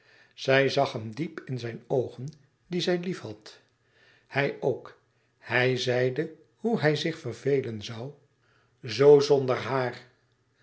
zij zag hem diep in zijn oogen die zij liefhad hij ook hij zeide hoe hij zich vervelen zoû zoo zonder haar